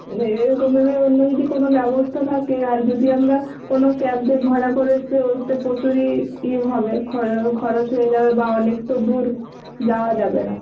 এর বদলে অন্য যদি কোনো ব্যবস্থা থাকে আর যদি আমরা কোনো ক্যাব ব্যাব ভাড়া করে সে ওতে প্রচুরই ইয়ে হবে খরচ হয়ে যাবে বা অনেকটা দূর যাওয়া যাবে না